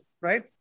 right